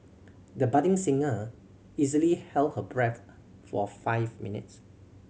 the budding singer easily held her breath for five minutes